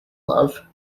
love